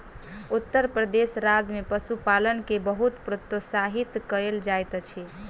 उत्तर प्रदेश राज्य में पशुपालन के बहुत प्रोत्साहित कयल जाइत अछि